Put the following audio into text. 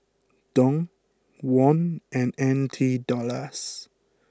Dong Won and N T dollars